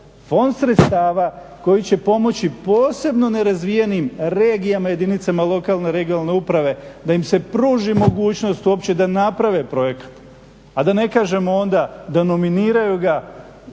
fond sredstava koji će pomoći posebno nerazvijenim regijama, jedinicama lokalne regionalne uprave da im se pruži mogućnost uopće da naprave projekt, a da ne kažemo onda da nominiraju i